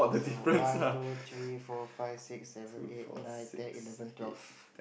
so one two three four five six seven eight nine ten eleven twelve